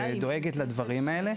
ודואגת לדברים האלה.